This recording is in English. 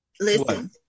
Listen